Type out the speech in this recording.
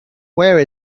where